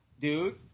dude